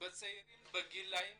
בצעירים בגילאים